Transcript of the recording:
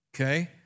okay